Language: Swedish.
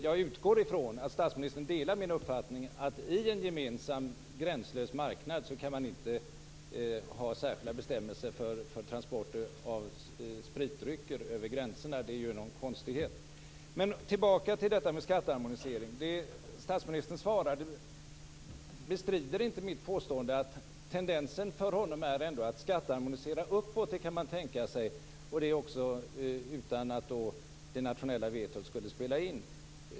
Jag utgår från att statsministern delar min uppfattning, att man i en gemensam gränslös marknad inte kan ha särskilda bestämmelser för transport av spritdrycker. Men tillbaka till skatteharmonisering. Statsministern bestrider inte mitt påstående att tendensen för honom är att man kan man tänka sig en skatteharmonisering uppåt och utan att det nationella vetot skulle spela in.